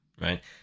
right